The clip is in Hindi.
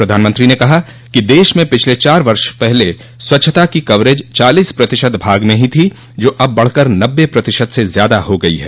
प्रधानमंत्री ने कहा कि देश में पिछले चार वर्ष पहले स्वच्छता की कवरेज चालीस प्रतिशत भाग में थी जो अब बढ़कर नब्बे प्रतिशत से ज़्यादा हो गयी है